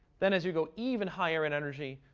then as you go even higher in energy,